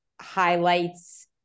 highlights